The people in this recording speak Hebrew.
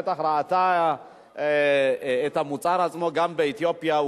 בטח ראתה את המוצר עצמו גם באתיופיה.